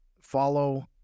follow